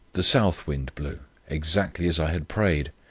the south wind blew exactly as i had prayed.